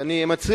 אני מציע